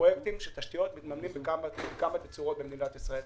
פרוייקטים של תשתיות ממומנים בכמה תצורות במדינת ישראל.